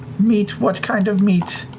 meat, what kind of meat?